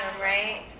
right